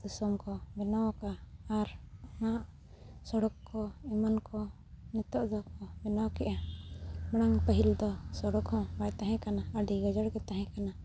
ᱫᱤᱥᱚᱢ ᱠᱚ ᱵᱮᱱᱟᱣ ᱟᱠᱟᱫᱼᱟ ᱟᱨ ᱚᱱᱟ ᱥᱚᱲᱚᱠ ᱠᱚ ᱮᱢᱟᱱ ᱠᱚ ᱱᱤᱛᱳᱜ ᱫᱚᱠᱚ ᱵᱮᱱᱟᱣ ᱟᱠᱮᱫᱼᱟ ᱢᱟᱲᱟᱝ ᱯᱟᱹᱦᱤᱞ ᱫᱚ ᱥᱚᱲᱚᱠ ᱦᱚᱸ ᱵᱟᱭ ᱛᱟᱦᱮᱸ ᱠᱟᱱᱟ ᱟᱹᱰᱤ ᱜᱚᱡᱟᱲ ᱜᱮ ᱛᱟᱦᱮᱸ ᱠᱟᱱᱟ